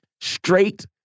straight